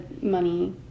money